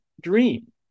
dream